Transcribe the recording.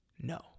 no